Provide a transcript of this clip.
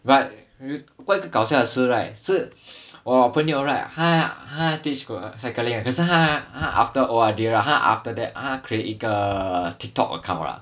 but you 最搞笑的事 right 是我朋友 right 他他 teach 过 cycling 可是他他 after O_R_D right 他 after that 他 create 一个 TikTok account lah